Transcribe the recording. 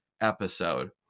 episode